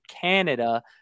Canada